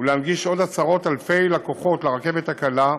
ולהנגיש עוד עשרות אלפי לקוחות לרכבת הקלה,